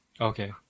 Okay